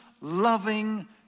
loving